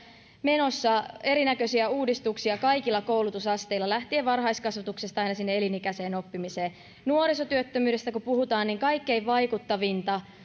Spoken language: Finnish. menossa erinäköisiä uudistuksia kaikilla koulutusasteilla varhaiskasvatuksesta aina elinikäiseen oppimiseen asti nuorisotyöttömyydestä kun puhutaan niin kaikkein vaikuttavinta